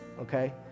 okay